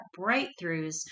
breakthroughs